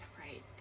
Right